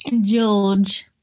George